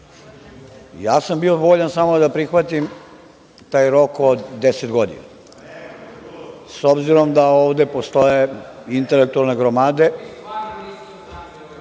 Ja sam bio voljan samo da prihvatim taj rok od 10 godina. S obzirom da ovde postoje intelektualne gromade…(Saša